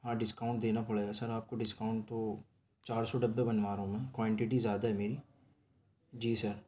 ہاں ڈسکاؤنٹ دینا پڑے گا سر آپ کو ڈسکاؤنٹ تو چار سو ڈبے بنوا رہا ہوں میں کوائنٹیٹی زیادہ ہے میری جی سر